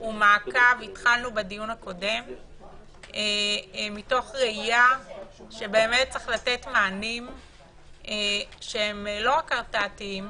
הוא מעקב מתוך ראייה שצריך לתת מענים שהם לא רק הרתעתיים